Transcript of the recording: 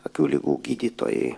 akių ligų gydytojai